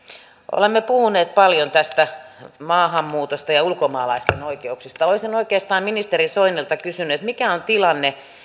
olemme puhuneet paljon maahanmuutosta ja ulkomaalaisten oikeuksista olisin oikeastaan ministeri soinilta kysynyt mikä on tilanne